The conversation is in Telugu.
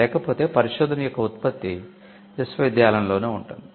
లేకపోతే పరిశోధన యొక్క ఉత్పత్తి విశ్వవిద్యాలయంలోనే ఉంటుంది